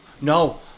No